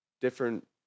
different